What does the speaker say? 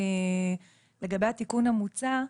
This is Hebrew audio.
לגבי התיקון המוצע,